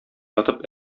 ятып